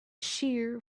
shear